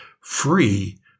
free